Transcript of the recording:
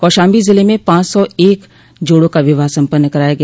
कौशाम्बी जिले में पांच सौ एक जोड़ों का विवाह सम्पन्न कराया गया